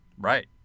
right